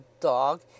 dog